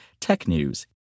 TECHNEWS